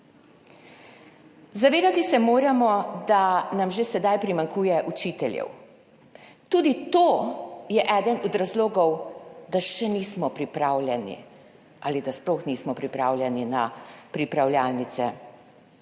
Zavedati se moramo, da nam že sedaj primanjkuje učiteljev. Tudi to je eden od razlogov, da še nismo pripravljeni ali da sploh nismo pripravljeni na pripravljalnice.